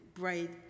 bright